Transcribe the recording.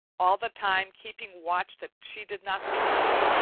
all the time keeping watch that she did not lose me.